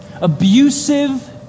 abusive